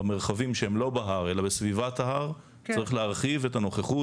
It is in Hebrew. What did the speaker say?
במרחבים שהם לא בהר אלא בסביבת ההר צריך להרחיב את הנוכחות